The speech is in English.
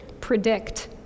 predict